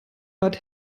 bad